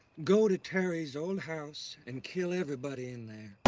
go to terry's old house and kill everybody in there.